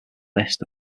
list